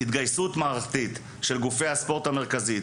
התגייסות מערכתית של גופי הספורט המרכזיים,